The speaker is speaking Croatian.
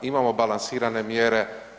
Imamo balansirane mjere.